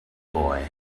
boy